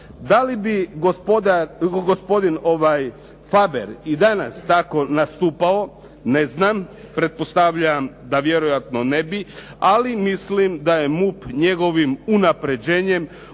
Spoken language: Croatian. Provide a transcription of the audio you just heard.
Da li bi gospodin Faber i danas tako nastupao, ne znam. Pretpostavljam da vjerojatno ne bi. Ali mislim da je MUP njegovim unapređenjem ostao